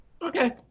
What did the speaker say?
Okay